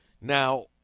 Now